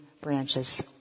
branches